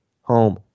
home